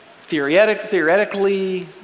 theoretically